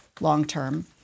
long-term